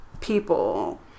people